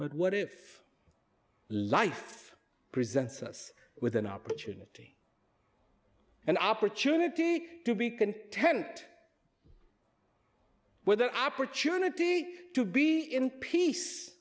but what if life presents us with an opportunity an opportunity to be content with the opportunity to be in peace